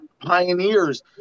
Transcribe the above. pioneers